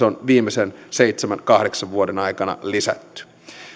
on viimeisen seitsemän viiva kahdeksan vuoden aikana lisätty